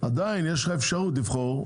עדיין יש לך אפשרות לבחור.